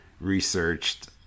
researched